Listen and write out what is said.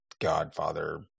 godfather